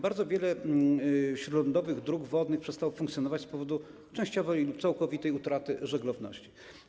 Bardzo wiele śródlądowych dróg wodnych przestało funkcjonować z powodu częściowej lub całkowitej utraty żeglowności.